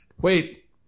Wait